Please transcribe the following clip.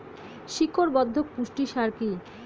শিকড় বর্ধক পুষ্টি সার কি?